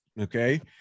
okay